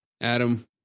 Adam